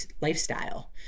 lifestyle